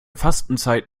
fastenzeit